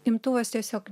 imtuvas tiesiog